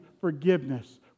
forgiveness